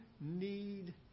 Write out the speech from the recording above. need